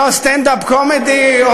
לא רצינו, סטנד-אפ קומדי.